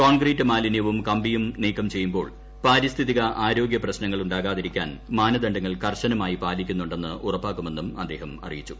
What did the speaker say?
concrete മാലിന്യവും കമ്പിയും നീക്കം ചെയ്യുമ്പോൾ പാരിസ്ഥിതിക ആരോഗ്യ പ്രശ്നങ്ങൾ ഉണ്ടാകാതിരിക്കാൻ മാനദണ്ഡങ്ങൾ കർശനമായി പാലിക്കുന്നുണ്ടെന്ന് ഉറപ്പാക്കുമെന്നും അദ്ദേഹം അറിയിച്ചു